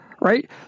right